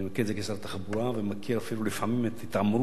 אני מכיר את זה כשר התחבורה ומכיר אפילו לפעמים את ההתעמרות,